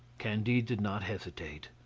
candide did not hesitate.